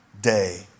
day